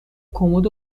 کمد